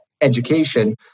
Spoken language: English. education